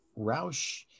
Roush